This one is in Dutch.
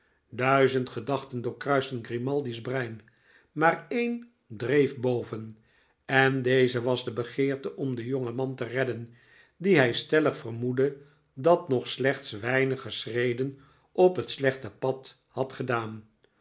duizend gedachten doorkruisten grimaldi's brein maar eene dreef boven en deze was de begeerte om den jongen man te redden dien hij stellig vermoedde dat nog slechts weinig schreden op het slechte pad had gedaan